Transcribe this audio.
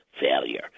failure